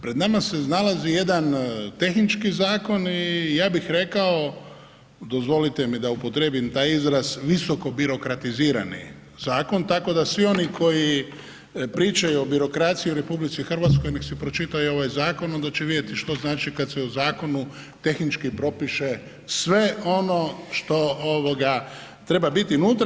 Pred nama se nalazi jedan tehnički zakon i ja bih rekao dozvolite mi da upotrijebim taj izraz visoko birokratizirani zakon tako da svi oni koji pričaju o birokraciji u RH neka si pročitaju ovaj zakon, onda će vidjeti što znači kad se u zakonu tehnički propiše sve ono što treba biti unutra.